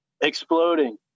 exploding